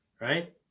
right